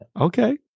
Okay